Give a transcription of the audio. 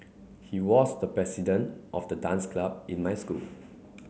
he was the president of the dance club in my school